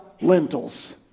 lentils